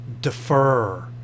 defer